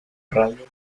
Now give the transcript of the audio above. radio